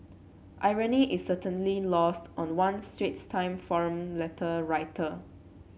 irony is certainly lost on one Straits Time forum letter writer